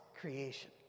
creation